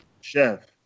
Chef